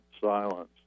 silence